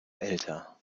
älter